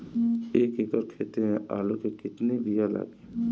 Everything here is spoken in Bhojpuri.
एक एकड़ खेती में आलू के कितनी विया लागी?